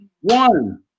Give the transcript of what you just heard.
One